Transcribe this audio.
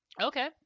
Okay